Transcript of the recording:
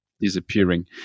disappearing